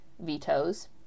vetoes